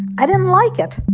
i didn't like it!